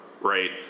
right